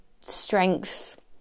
strength